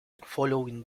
following